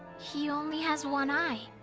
he. only has one eye?